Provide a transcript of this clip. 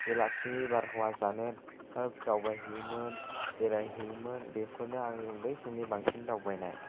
बेलासिनि बारहावा जानो दावबायहैयोमोन बेरायहैयोमोन बेफोरनो आंनि उन्दै समनि बांसिन दावबायनाय